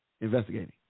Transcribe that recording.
investigating